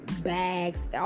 bags